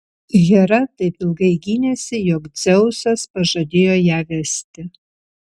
hera taip ilgai gynėsi jog dzeusas pažadėjo ją vesti